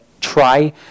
try